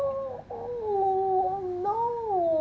oh no